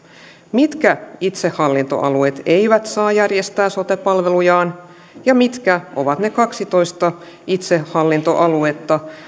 mitkä itsehallintoalueet eivät saa järjestää sote palvelujaan ja mitkä ovat ne kaksitoista itsehallintoaluetta